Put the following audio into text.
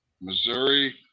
Missouri